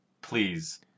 Please